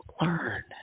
learn